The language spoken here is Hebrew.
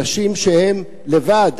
אנשים שהם לבד,